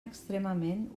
extremament